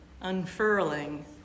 unfurling